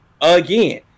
again